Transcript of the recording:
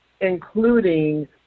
Including